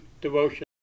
devotion